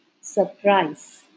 surprise